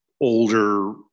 Older